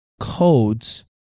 codes